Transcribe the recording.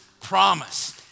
promise